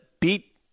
beat